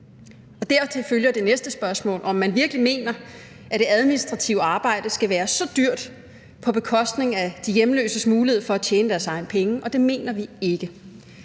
Dertil følger det næste spørgsmål: om man virkelig mener, at det administrative arbejde skal være så dyrt på bekostning af de hjemløses mulighed for at tjene deres egne penge. Det mener vi ikke.